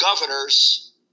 governors